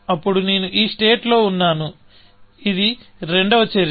అప్పుడు నేను ఈ స్టేట్ లో ఉన్నాను ఇది రెండవ చర్య